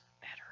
better